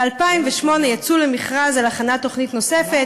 ב-2008 יצאו למכרז על הכנת תוכנית נוספת,